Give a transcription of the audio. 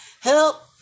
Help